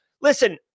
listen